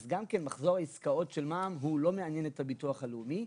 גם כן מחזור העסקאות של מע"מ לא מעניין את הביטוח הלאומי.